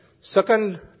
Second